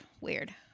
weird